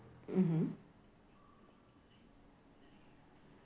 mmhmm